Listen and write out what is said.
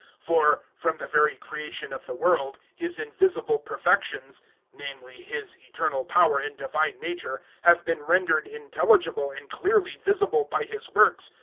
for, from the very creation of the world, his invisible perfections namely his eternal power and divine nature have been rendered intelligible and clearly visible by his works,